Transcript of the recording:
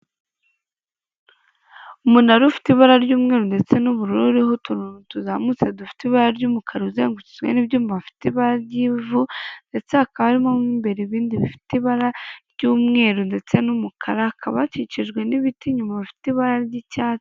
Umunara ufite ibara ry'umweru ndetse n'ubururu uriho utuntu tuzamutse dufite ibara ry'umukara uzengurukijwe n'ibyuma bifite ibara ry'ivu ndetse hakaba hari mu imbere ibindi bifite ibara ry'umweru ndetse n'umukara, hakaba hakikijwe n'ibiti inyuma bifite ibara ry'icyatsi.